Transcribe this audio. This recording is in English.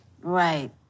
Right